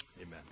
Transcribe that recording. Amen